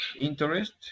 interest